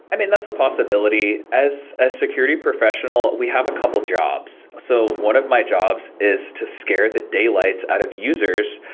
i mean, that's a possibility. possibility. as a security professional, we have a couple jobs. so one of my job's is to scare the daylights out of users,